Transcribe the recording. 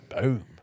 Boom